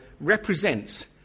represents